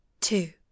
Two